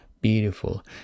beautiful